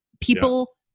People